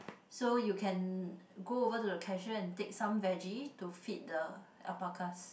so you can go over to the cashier and take some vege to feed the alpacas